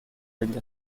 degli